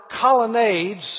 colonnades